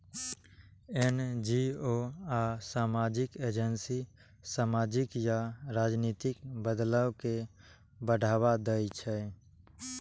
NGO आ सामाजिक agency सामाजिक या राजनीतिक बदलाव कें बढ़ावा दै छै